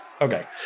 Okay